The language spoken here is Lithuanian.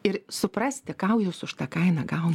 ir suprasti kau jūs už tą kainą gauna